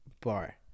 bar